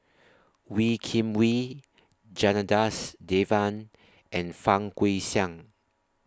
Wee Kim Wee Janadas Devan and Fang Guixiang